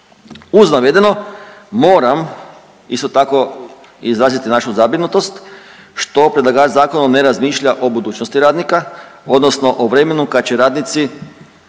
Uz navedeno moram isto tako izraziti našu zabrinutost što predlagač zakona ne razmišlja o budućnosti radnika odnosno o vremenu kad će radnici